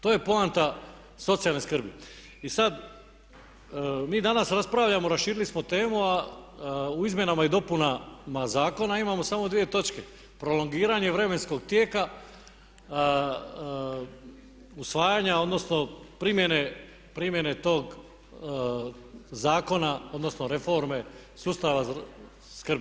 To je poanta socijalne skrbi i sad mi danas raspravljamo, raširili smo temu a u izmjenama i dopunama zakona imamo samo dvije točke prolongiranje vremenskog tijeka, usvajanja odnosno primjene tog zakona odnosno reforme sustava skrbi.